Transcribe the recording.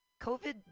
COVID